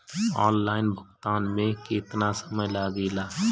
Online भुगतान में केतना समय लागेला?